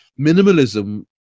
Minimalism